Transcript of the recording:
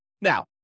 Now